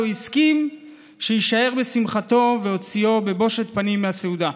לא הסכים שיישאר בשמחתו והוציאו בבושת פנים מהסעודה.